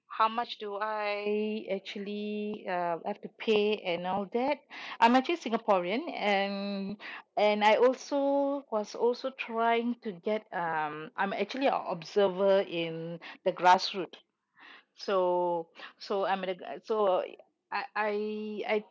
how much do I actually uh I have to pay and all that I'm actually singaporean and and I also was also trying to get um I'm actually a observer in the grassroot so so I'm like so I I I